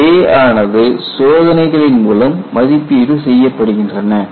J ஆனது சோதனைகளின் மூலம் மதிப்பீடு செய்யப்படுகின்றன